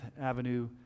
Avenue